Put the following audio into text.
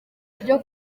ryo